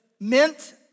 meant